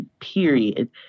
period